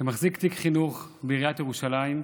כמחזיק תיק חינוך בעיריית ירושלים,